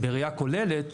ובראייה כוללת